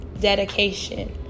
Dedication